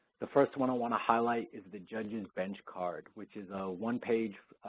the first one i want to highlight is the judge's bench card, which is a one-page,